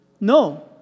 No